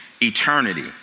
eternity